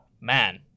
Man